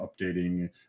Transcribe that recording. updating